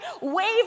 wave